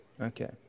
Okay